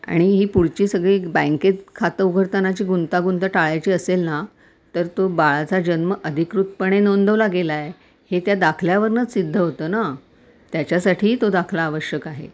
आणि ही पुढची सगळी बँकेत खातं उघडतानाची गुंतागुंत टाळायची असेल ना तर तो बाळाचा जन्म अधिकृतपणे नोंदवला गेला आहे हे त्या दाखल्यावरूनच सिद्ध होतं ना त्याच्यासाठीही तो दाखला आवश्यक आहे